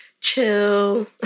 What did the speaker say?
chill